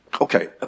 Okay